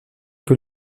que